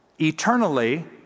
eternally